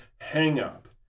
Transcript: hang-up